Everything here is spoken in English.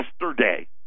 yesterday